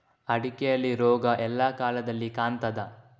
ಅಡಿಕೆಯಲ್ಲಿ ರೋಗ ಎಲ್ಲಾ ಕಾಲದಲ್ಲಿ ಕಾಣ್ತದ?